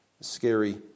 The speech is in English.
scary